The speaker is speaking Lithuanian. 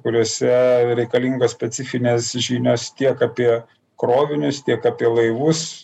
kuriose reikalingas specifines žymes tiek apie krovinius tiek apie laivus